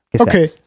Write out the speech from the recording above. okay